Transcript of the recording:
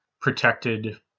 protected